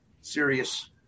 serious